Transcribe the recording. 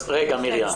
רק רגע, מרים.